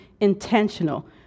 intentional